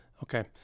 Okay